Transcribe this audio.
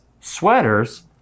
sweaters